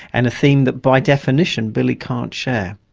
and a theme that by definition billy can't share.